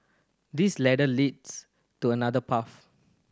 this ladder leads to another path